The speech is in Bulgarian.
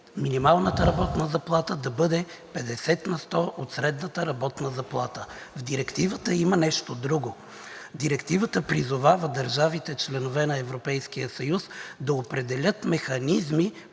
минималната работна заплата да бъде 50% от средната работна заплата. В Директивата има нещо друго. Директивата призовава държавите – членки на Европейския съюз, да определят механизми,